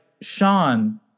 Sean